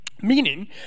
Meaning